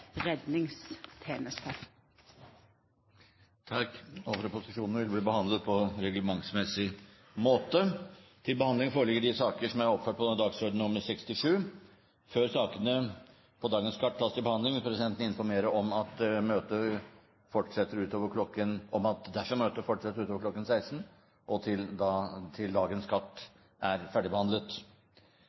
stede og vil ta sete. Før sakene på dagens kart tas opp til behandling, vil presidenten informerer om at møtet fortsetter utover kl. 16 til dagens kart er ferdigbehandlet.